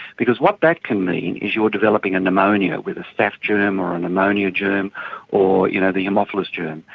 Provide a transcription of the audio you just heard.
because what that can mean is you're developing a pneumonia with a staph germ or a pneumonia germ or you know the haemophilus germ,